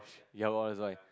ya lor that's why